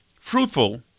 fruitful